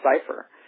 cipher